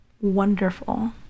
wonderful